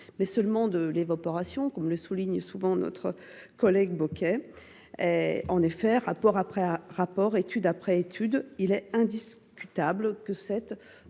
mais seulement de l’évaporation, comme le souligne souvent notre collègue Éric Bocquet. En effet, rapport après rapport, étude après étude, cette décision apparaît